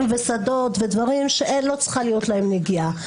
ושדות שלא צריכה להיות להם נגיעה אליהם.